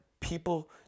people